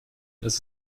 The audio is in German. das